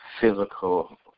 physical